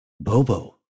bobo